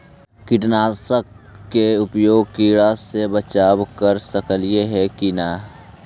कीटनाशक के उपयोग किड़ा से बचाव ल कर सकली हे की न?